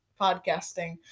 podcasting